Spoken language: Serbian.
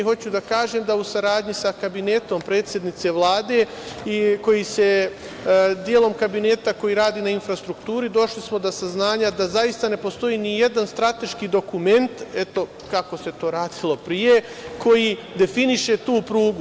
Hoću da kažem da smo u saradnji sa Kabinetom predsednice Vlade, delom kabineta koji radi na infrastrukturi, došli do saznanja da zaista ne postoji nijedan strateški dokument, eto kako se to radilo pre, koji definiše tu prugu.